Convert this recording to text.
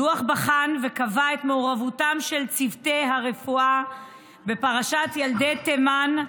הדוח בחן וקבע את מעורבותם של צוותי הרפואה בפרשת ילדי תימן,